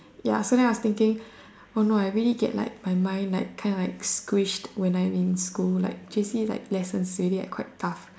ya so then I was thinking oh no I really get like my mind kinda like squished when I'm in school like J_C like lessons it already like quite tough